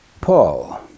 Paul